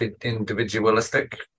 individualistic